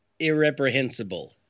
irreprehensible